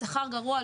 שכר גרוע,